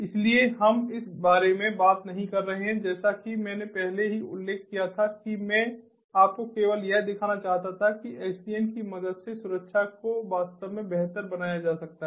इसलिए हम इस बारे में बात नहीं कर रहे हैं जैसा कि मैंने पहले ही उल्लेख किया था कि मैं आपको केवल यह दिखाना चाहता था कि एसडीएन की मदद से सुरक्षा को वास्तव में बेहतर बनाया जा सकता है